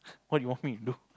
what you want me to do